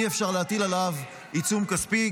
אי-אפשר להטיל עליו עיצום כספי,